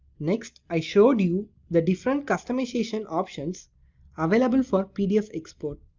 next i showed you the different customization options available for pdf export.